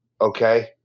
okay